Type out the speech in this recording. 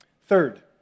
Third